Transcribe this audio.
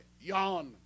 Yawn